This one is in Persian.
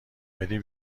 بدی